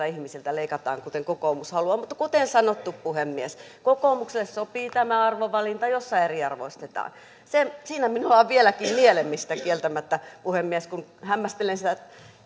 ihmisiltä leikataan kuten kokoomus haluaa mutta kuten sanottu puhemies kokoomukselle sopii tämä arvovalinta jossa eriarvoistetaan siinä minulla on vieläkin nielemistä kieltämättä puhemies kun hämmästelen sitä